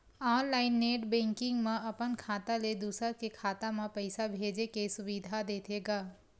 online net banking म अपन खाता ले दूसर के खाता म पइसा भेजे के सुबिधा देथे गा